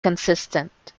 consistent